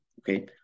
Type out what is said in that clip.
okay